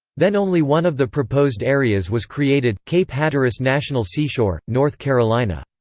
then only one of the proposed areas was created cape hatteras national seashore, north carolina.